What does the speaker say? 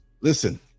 Listen